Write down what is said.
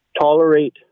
tolerate